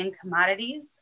commodities